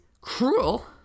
cruel